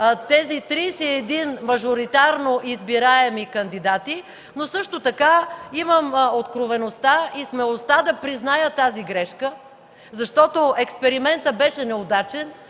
тези 31 мажоритарно избираеми кандидати, но също така имам откровеността и смелостта да призная тази грешка. Защото експериментът беше неудачен,